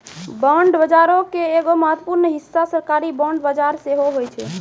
bond बजारो के एगो महत्वपूर्ण हिस्सा सरकारी बांड बजार सेहो होय छै